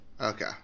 Okay